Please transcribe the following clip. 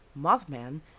Mothman